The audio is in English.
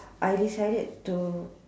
I decided to